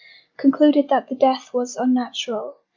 concluded that the death was unnatural,